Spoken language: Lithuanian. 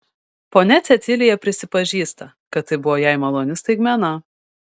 ponia cecilija prisipažįsta kad tai buvo jai maloni staigmena